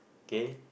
K